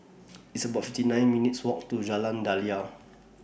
It's about fifty nine minutes' Walk to Jalan Daliah